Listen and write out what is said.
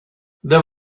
there